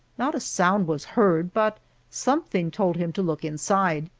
not a sound was heard, but something told him to look inside.